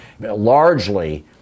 largely